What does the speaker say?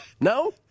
No